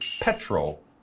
petrol